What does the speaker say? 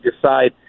decide